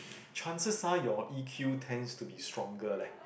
chances are your E_Q tends to be stronger leh